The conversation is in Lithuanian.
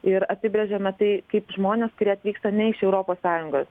ir apibrėžėme tai kaip žmonės kurie atvyksta ne iš europos sąjungos